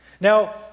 Now